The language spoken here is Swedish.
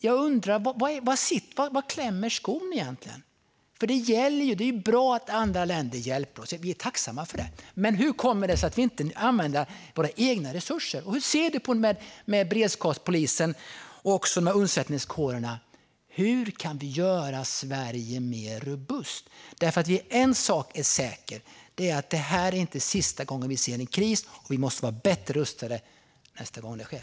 Jag undrar var skon egentligen klämmer. Visst är det bra att andra länder hjälper oss; vi är tacksamma för det. Men hur kommer det sig att vi inte kan använda våra egna resurser? Och hur ser ministern på det här med beredskapspolisen och undsättningskårerna? Hur kan vi göra Sverige mer robust? En sak är nämligen säker: Det här är inte sista gången vi ser en kris. Vi måste vara bättre rustade nästa gång det sker.